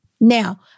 Now